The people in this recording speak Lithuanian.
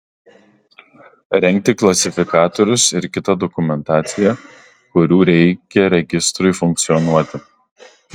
rengti klasifikatorius ir kitą dokumentaciją kurių reikia registrui funkcionuoti